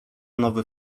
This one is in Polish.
nowy